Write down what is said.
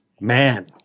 man